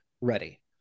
ready